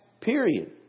period